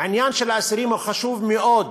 העניין של האסירים חשוב מאוד